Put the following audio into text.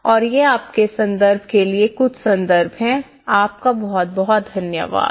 और ये आपके संदर्भ के लिए कुछ संदर्भ हैं आपका बहुत बहुत धन्यवाद